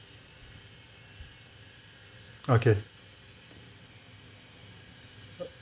okay